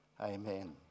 Amen